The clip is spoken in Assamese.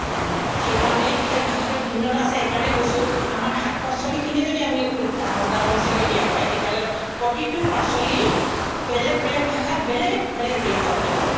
সেইকাৰণে সেই ভাষাটোত ভিন্নতা আছে এইকাৰণে কৈছোঁ আমাৰ শাক পাচলিখিনি যদি আমি উদাহৰণ হিচাপে দিয়া হয় তেতিয়াহ'লে প্ৰতিটো পাচলিৰ বেলেগ বেলেগ ভাষাত বেলেগেত বেলেগ বেলেগ শব্দ হয়